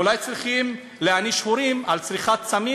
אולי צריכים להעניש הורים על צריכת סמים